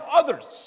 others